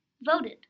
voted